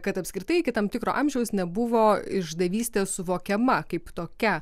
kad apskritai iki tam tikro amžiaus nebuvo išdavystė suvokiama kaip tokia